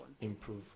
improve